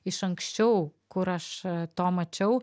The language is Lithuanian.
iš anksčiau kur aš to mačiau